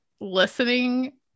listening